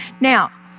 Now